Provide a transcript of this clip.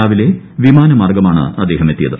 രാവിലെ വിമാന മാർഗ്ഗമാണ് അദ്ദേഹം എത്തിയത്